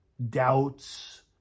doubts